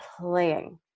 playing